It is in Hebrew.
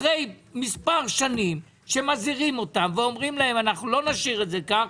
אחרי מספר שנים שמזהירים אותם ואומרים להם: "אנחנו לא נשאיר את זה כך"